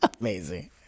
amazing